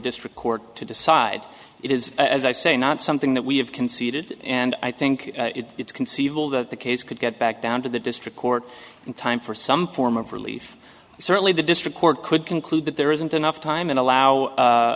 district court to decide it is as i say not something that we have conceded and i think it's conceivable that the case could get back down to the district court in time for some form of relief certainly the district court could conclude that there isn't enough time and allow